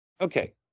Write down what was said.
Okay